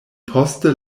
poste